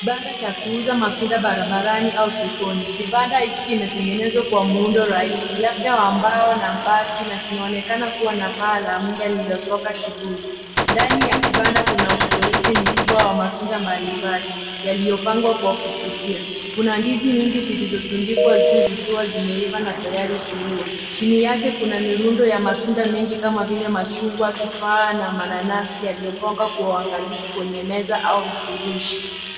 Banda cha kuuza matunda barabarani au sokoni. Kibanda hiki kimetengenezwa kwa muundo rahisi labda wa mbao na mbati na kinaonekana kuwa na paa la muda lililotoka kivuli. Ndani ya kibanda kuna uteuzi mkubwa wa matunda mbalimbali yaliyopangwa kwa kuvutia. Kuna ndizi nyingi zilizotundikwa juu zikiwa zimeiva na tayari kuliwa. Chini yake kuna mirundo ya matunda mengi kama vile machungwa, tufaa na mananasi yaliyopangwa kwa uangalifu kwenye meza au vifurushi.